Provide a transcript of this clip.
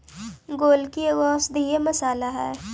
गोलकी एगो औषधीय मसाला हई